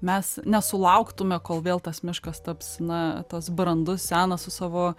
mes nesulauktume kol vėl tas miškas taps na tas brandus senas su savo